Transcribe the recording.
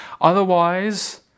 Otherwise